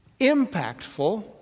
impactful